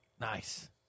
Nice